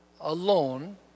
alone